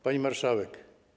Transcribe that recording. Pani Marszałek!